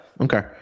okay